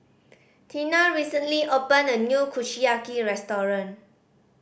Tina recently opened a new Kushiyaki restaurant